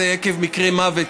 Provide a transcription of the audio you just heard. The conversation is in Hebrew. זה עקב מקרה מוות,